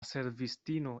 servistino